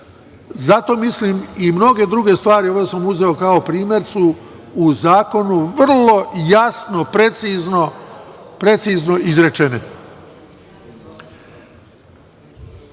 Zato mislim da su i mnoge druge stvari, ovo sam uzeo kao primer, u zakonu vrlo jasno, precizno izrečene. Što